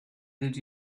did